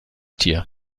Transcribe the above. tier